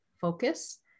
focus